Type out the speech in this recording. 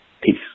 Peace